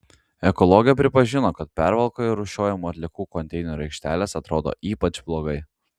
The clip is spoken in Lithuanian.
ekologė pripažino kad pervalkoje rūšiuojamų atliekų konteinerių aikštelės atrodo ypač blogai